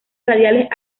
radiales